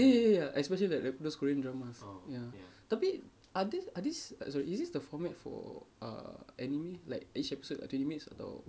y~ ya especially like the those korean dramas ya tapi are these sorry is this the format for err anime like each episode got twenty minutes atau